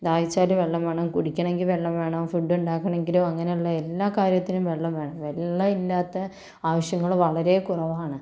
ദാഹിച്ചാലും വെള്ളം വേണം കുടിക്കണമെങ്കിൽ വെള്ളം വേണം ഫുഡ് ഉണ്ടാക്കണമെങ്കിലും അങ്ങനെയുള്ള എല്ലാ കാര്യത്തിനും വെള്ളം വേണം വെള്ളം ഇല്ലാത്ത ആവശ്യങ്ങൾ വളരെ കുറവാണ്